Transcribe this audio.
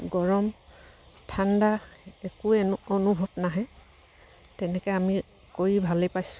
গৰম ঠাণ্ডা একোৱে অনুভৱ নাহে তেনেকৈ আমি কৰি ভালেই পাইছোঁ